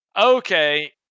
Okay